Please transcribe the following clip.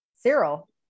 Cyril